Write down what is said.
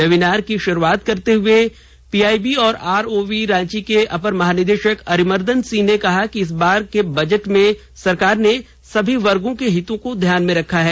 webinar की शुरूआत करते हए पीआई और आरओवी रांची के अपर महानिदेशक अरिमर्दन सिंह ने कहा कि इस बार के बजट में सरकार ने सभी वर्गों के हितों को ध्यान में रखा है